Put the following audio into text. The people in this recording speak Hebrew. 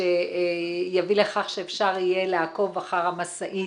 שיביא לכך שאפשר יהיה לעקוב אחר המשאית,